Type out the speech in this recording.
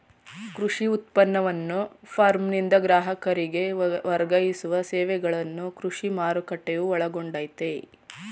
ಕೃಷಿ ಉತ್ಪನ್ನವನ್ನು ಫಾರ್ಮ್ನಿಂದ ಗ್ರಾಹಕರಿಗೆ ವರ್ಗಾಯಿಸುವ ಸೇವೆಗಳನ್ನು ಕೃಷಿ ಮಾರುಕಟ್ಟೆಯು ಒಳಗೊಂಡಯ್ತೇ